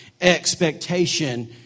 expectation